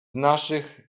naszych